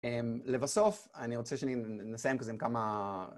לבסוף אני רוצה שנסיים כזה עם כמה...